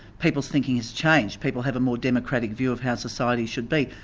people's thinking has changed people have a more democratic view of how society should be.